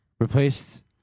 replaced